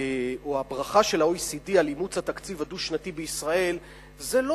או הברכה של ה-OECD על אימוץ התקציב הדו-שנתי בישראל זה לא